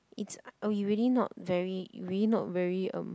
it's oh you really not very you really not very um